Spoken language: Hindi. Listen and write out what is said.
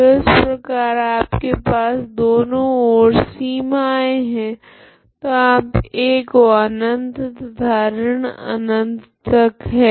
तो इस प्रकार आपके पास दोनों ओर सीमाएं है तो आप a को अनंत तथा ऋण अनंत तक है